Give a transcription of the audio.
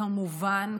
כמובן,